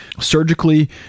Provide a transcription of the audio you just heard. surgically